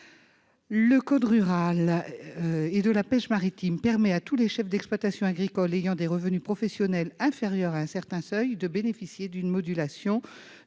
Le code rural et de la pêche maritime permet à tous les chefs d'exploitation agricole ayant des revenus professionnels inférieurs à un certain seuil de bénéficier d'une modulation